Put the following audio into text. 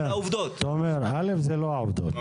אלה לא העובדות.